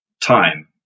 time